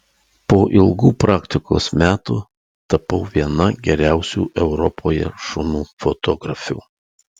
po ilgų praktikos metų tapau viena geriausių europoje šunų fotografių